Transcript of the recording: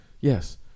Yes